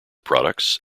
products